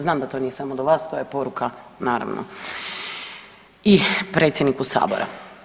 Znam da to nije samo do vas, to je poruka naravno i predsjedniku Sabora.